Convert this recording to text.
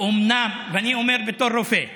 את זה הרופא אמר.